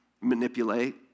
manipulate